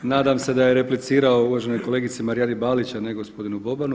Nadam se da je replicirao uvaženoj kolegici Marijani Balić a ne gospodinu Bobanu.